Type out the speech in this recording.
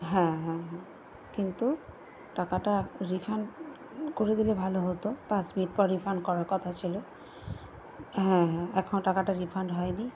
হ্যাঁ হ্যাঁ হ্যাঁ কিন্তু টাকাটা রিফান্ড করে দিলে ভালো হতো পাঁচ মিনিট পর রিফান্ড করার কথা ছিলো হ্যাঁ হ্যাঁ এখনও টাকাটা রিফান্ড হয় নি